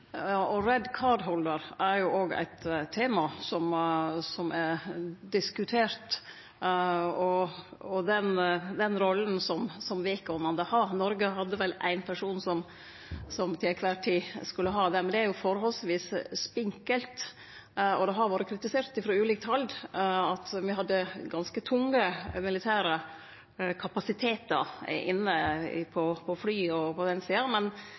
men det er jo forholdsvis spinkelt. Det har vore kritisert frå ulikt hald at me hadde ganske tunge militære kapasitetar inne – på fly og på den sida – men